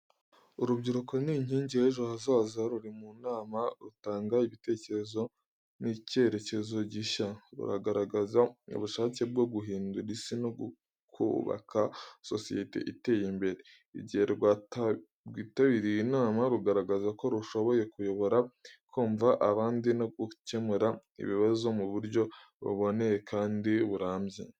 Urubyiruko ni inkingi y’ejo hazaza, ruri mu nama rutanga ibitekerezo n’icyerekezo gishya. Ruragaragaza ubushake bwo guhindura isi no kubaka sosiyete iteye imbere. Igihe rwitabiriye inama, rugaragaza ko rushoboye kuyobora, kumva abandi no gukemura ibibazo mu buryo buboneye kandi burambye.